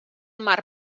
mar